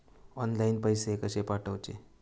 Online पैसे कशे पाठवचे?